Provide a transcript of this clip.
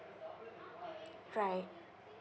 right